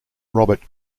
robert